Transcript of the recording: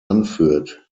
anführt